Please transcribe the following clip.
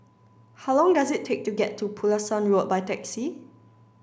how long does it take to get to Pulasan Road by taxi